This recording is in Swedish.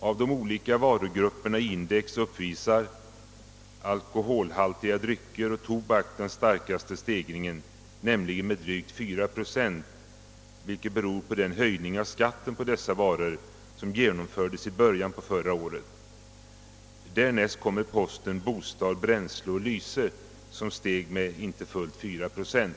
Av de olika varugrupperna i index uppvisar alkoholhaltiga drycker och tobak den starkaste stegringen, nämligen med drygt 4 procent, vilket beror på den höjning av skatten på dessa varor som genomfördes i början av förra året. Därnäst kommer posten bostad, bränsle och lyse som steg med inte fullt 4 procent.